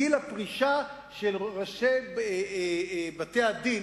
גיל הפרישה של ראשי בתי-הדין,